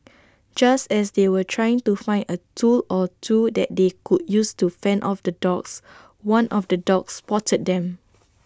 just as they were trying to find A tool or two that they could use to fend off the dogs one of the dogs spotted them